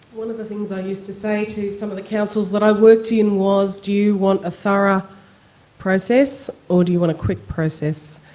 one of the things i used to say to some of the councils that i worked in was do you want a thorough process or do you want a quick process?